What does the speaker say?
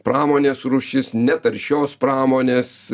pramonės rūšis netaršios pramonės